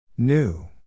New